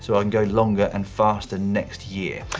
so i can go longer and faster next year?